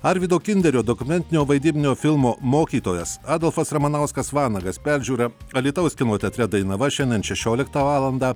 arvydo kinderio dokumentinio vaidybinio filmo mokytojas adolfas ramanauskas vanagas peržiūra alytaus kino teatre dainava šiandien šešioliktą valandą